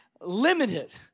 limited